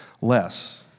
less